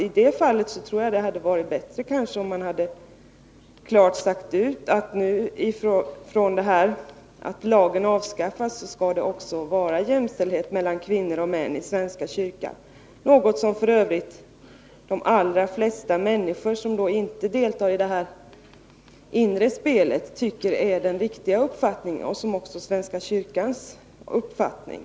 I det fallet tror jag det hade varit bättre, om man klart sagt ifrån att efter det att lagen avskaffats skall det råda jämställdhet mellan kvinnor och män i svenska kyrkan — något som f. ö. de allra flesta människor som inte deltar i det inre spelet tycker är den riktiga uppfattningen, och det är också svenska kyrkans uppfattning.